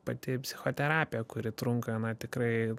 pati psichoterapija kuri trunka na tikrai